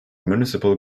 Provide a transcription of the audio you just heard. municipal